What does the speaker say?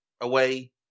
away